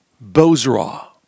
Bozrah